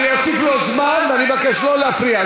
אני אוסיף לו זמן, ואני אבקש לא להפריע.